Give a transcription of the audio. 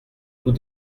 tout